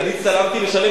קדימה, אני מוכן להיחקר